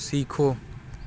सीखो